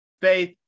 faith